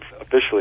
officially